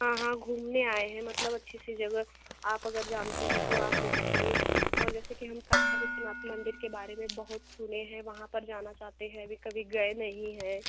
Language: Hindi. हाँ हाँ घूमने आएँ हैं मतलब अच्छी सी जगह आप अगर जानते हो तो आप ले कर चलिए और जैसे कि हम का विश्वनाथ मंदिर के बारे में बहुत सुने हैं वहाँ पर जाना चाहते हैं अभी कभी गए नहीं हैं